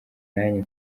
nanjye